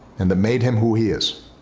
and that made him who he is.